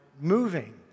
moving